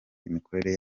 imikorere